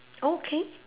okay